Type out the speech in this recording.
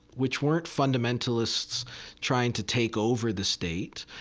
which weren't fundamentalists trying to take over the state,